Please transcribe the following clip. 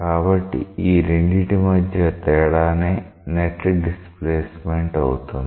కాబట్టి ఈ రెండిటి మధ్య తేడానే నెట్ డిస్ప్లేస్మెంట్ అవుతుంది